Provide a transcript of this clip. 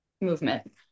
movement